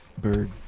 Bird